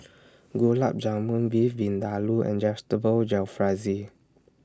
Gulab Jamun Beef Vindaloo and Vegetable Jalfrezi